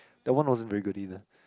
that one wasn't very good either